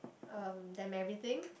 um them everything